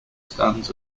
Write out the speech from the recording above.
stands